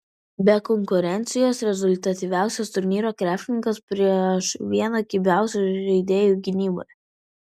be konkurencijos rezultatyviausias turnyro krepšininkas prieš vieną kibiausių žaidėjų gynyboje